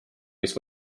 mis